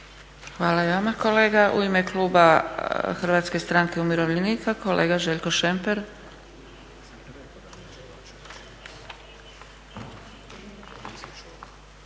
Hvala i vama kolega. U ime kluba Hrvatske stranke umirovljenika kolega Željko Šemper.